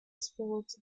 spirit